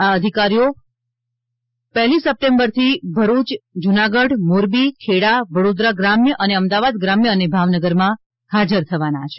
આ અધિકારીઓ તારીખ પહેલી સપ્ટેમ્બરથી ભરૂચ જૂનાગઢ મોરબી ખેડા વડોદરા ગ્રામ્ય અમદાવાદ ગ્રામ્યઅને ભાવનગરમાં હાજર થવાના છે